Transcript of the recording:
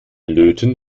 löten